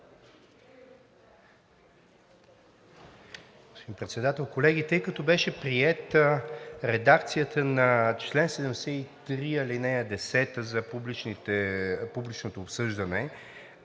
Председател, колеги! Тъй като беше приета редакцията на чл. 73, ал. 10 за публичното обсъждане,